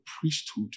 priesthood